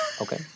Okay